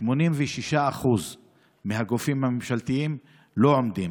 86% מהגופים הממשלתיים לא עומדים,